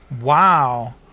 Wow